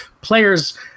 Players